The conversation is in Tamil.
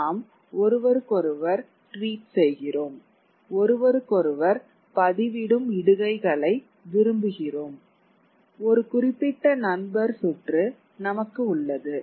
நாம் ஒருவருக்கொருவர் ட்வீட் செய்கிறோம் ஒருவருக்கொருவர் பதிவிடும் இடுகைகளை விரும்புகிறோம் ஒரு குறிப்பிட்ட நண்பர் சுற்று நமக்கு உள்ளது